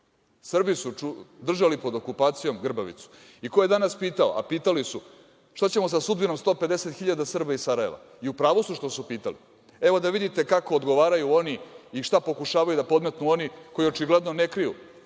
Srbi su držali pod okupacijom Grbavicu. Ko je danas pitao, a pitali su – šta ćemo sa sudbinom 150 hiljada Srba iz Sarajeva? U pravu su što su pitali. Evo, da vidite kako odgovaraju oni i šta pokušavaju da podmetnu oni koji očigledno ne kriju